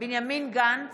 בנימין גנץ,